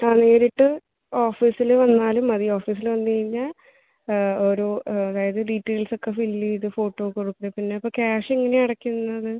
അ നേരിട്ട് ഓഫീസില് വന്നാലും മതി ഓഫീസില് വന്നഴിഞ്ഞ് ഒരു വേറെ ഡീറ്റെയിൽസൊക്കെ ഫിൽ ചെയ്ത് ഫോട്ടോ ഒക്കെ കൊടുത്തേ പിന്നെ ഇപ്പോൾ ക്യാഷ് എങ്ങനെയാണ് അടക്കുന്നത്